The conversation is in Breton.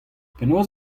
penaos